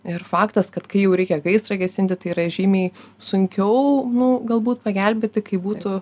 ir faktas kad kai jau reikia gaisrą gesinti tai yra žymiai sunkiau nu galbūt pagelbėti kai būtų